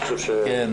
כן.